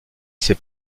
c’est